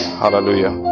hallelujah